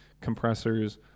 compressors